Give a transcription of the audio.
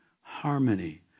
harmony